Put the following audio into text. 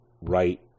right